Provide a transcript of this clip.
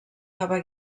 nova